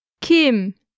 Kim